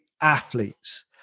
athletes